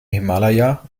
himalaya